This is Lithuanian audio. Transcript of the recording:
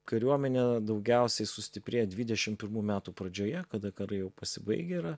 kariuomenė daugiausiai sustiprė dvidešim pirmų metų pradžioje kada karai jau pasibaigę yra